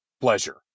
pleasure